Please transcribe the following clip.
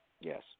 yes